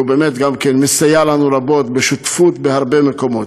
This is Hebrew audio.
מסייע לנו רבות בשותפות בהרבה מקומות.